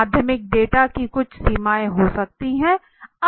माध्यमिक डेटा की कुछ सीमाएं हो सकती है